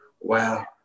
Wow